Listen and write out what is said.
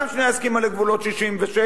פעם שנייה הסכימה לגבולות 1967,